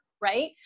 right